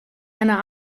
einer